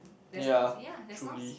there's no ya there's no